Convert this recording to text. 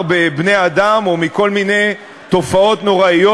בבני-אדם או מכל מיני תופעות נוראיות,